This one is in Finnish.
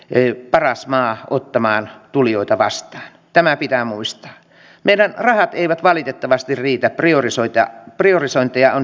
ei paras maa ottamaan tulijoitavasti tämä pitää muistaa viedä rahat eivät valitettavasti riitä priorisointeja priorisointia on